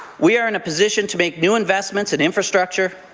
we are in a position to make new investments in infrastructure,